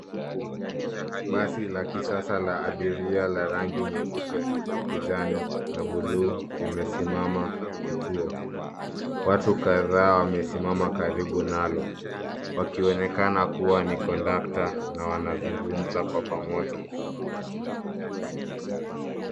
Basi la kisasa la abiria la rangi nyeupe, kijani na bluu limesimama kituo. Watu kadhaa wamesimama karibu nalo wakionekana kuwa ni kondakta na wanazungumza kwa pamoja.